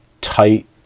tight